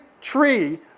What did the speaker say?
tree